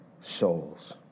souls